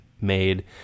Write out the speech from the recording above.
made